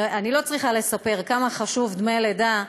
אני לא צריכה לספר כמה דמי הלידה חשובים,